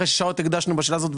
אחרי השעות שהקדשנו לשאלה הזאת,